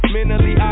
Mentally